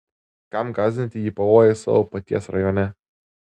kam gąsdinti jį pavojais savo paties rajone